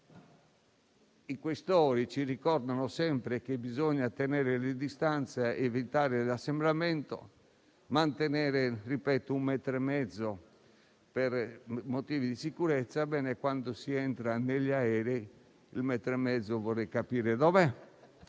Questori ci ricordano sempre che bisogna mantenere le distanze, evitare l'assembramento e mantenere un metro e mezzo per motivi di sicurezza, quando si entra negli aerei, vorrei capire dove